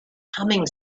humming